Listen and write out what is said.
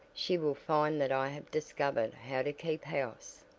she will find that i have discovered how to keep house,